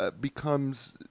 becomes